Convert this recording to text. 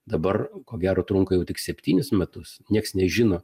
dabar ko gero trunka jau tik septynis metus nieks nežino